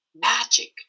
magic